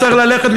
צריך ללכת,